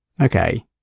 Okay